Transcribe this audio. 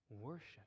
Worship